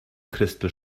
crystal